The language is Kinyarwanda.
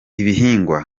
ibihingwa